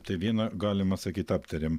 tai viena galima sakyt aptarėm